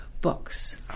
Books